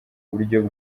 buryo